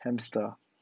hamster ah